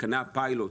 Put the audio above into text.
מתקני הפיילוט